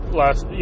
last